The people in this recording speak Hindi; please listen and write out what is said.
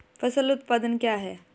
फसल उत्पादन क्या है?